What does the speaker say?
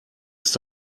ist